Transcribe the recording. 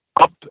up